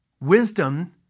Wisdom